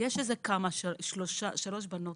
היו שלוש בנות,